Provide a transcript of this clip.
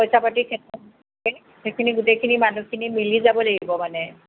পইচা পাতিৰ ক্ষেত্ৰত সেইখিনি গোটেইখিনি মানুহখিনি মিলি যাব লাগিব মানে